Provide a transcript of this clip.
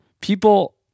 People